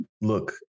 Look